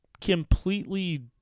completely